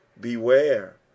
Beware